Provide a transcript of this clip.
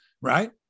right